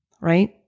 right